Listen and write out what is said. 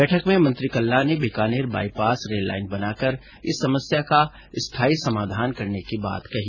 बैठक में मंत्री कल्ला ने बीकानेर बाईपास रेल लाईन बनाकर इस समस्या का स्थायी समाधान करने की बात कही